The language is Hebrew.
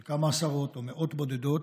של כמה עשרות או מאות בודדות,